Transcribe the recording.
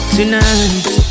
Tonight